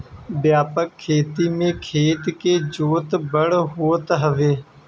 व्यापक खेती में खेत के जोत बड़ होत हवे